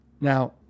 Now